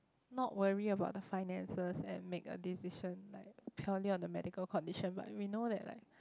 not worry about the finances and make a decisions like purely on the medical condition but if we know that like